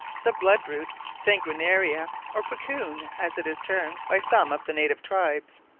the blood-root, sanguinaria, or puccoon, as it is termed by some of the native tribes,